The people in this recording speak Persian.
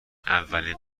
اولین